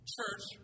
Church